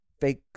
fake